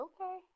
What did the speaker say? okay